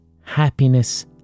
happiness